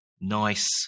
nice